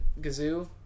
Gazoo